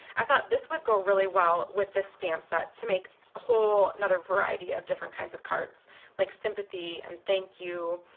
i thought this would go really well with this stamp set to make a whole and other variety of different kinds of cards like sympathy and thank you